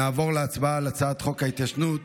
נעבור להצבעה על הצעת חוק ההתיישנות